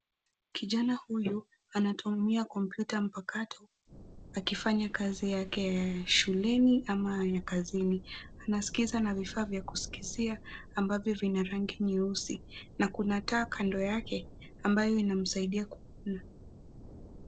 Kijana huyu anatumia kompyuta mpakato akifanya kazi yake ya shuleni ama ya kazini. Anaskiza na vifaa vya kuskizia ambayo vina rangi nyeusi na kuna taa kando yake ambayo inamsaidia kuona.